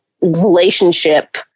relationship